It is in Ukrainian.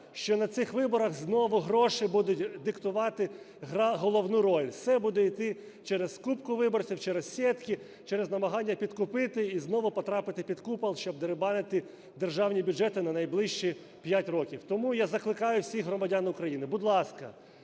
що на цих виборах знову гроші будуть диктувати головну роль, все буде йти через скупку виборців, через сєтки, через намагання підкупити і знову потрапити під купол, щоб дерибанити державні бюджети на найближчі 5 років. Тому я закликаю всіх громадян України: будь ласка,